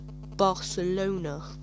Barcelona